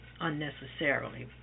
unnecessarily